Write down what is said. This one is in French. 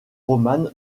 romane